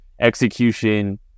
execution